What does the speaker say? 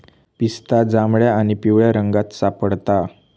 पिस्ता जांभळ्या आणि पिवळ्या रंगात सापडता